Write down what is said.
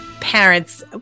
parents